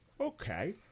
Okay